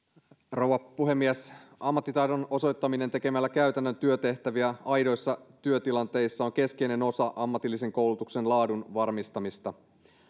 rouva puhemies ammattitaidon osoittaminen tekemällä käytännön työtehtäviä aidoissa työtilanteissa on keskeinen osa ammatillisen koulutuksen laadun varmistamista